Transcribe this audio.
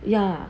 ya